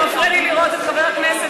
אתה מפריע לי לראות את חבר הכנסת,